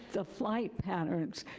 the flight patterns.